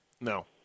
No